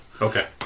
Okay